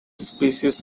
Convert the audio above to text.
species